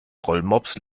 rollmops